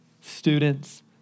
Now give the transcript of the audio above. students